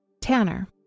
Tanner